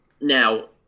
Now